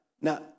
now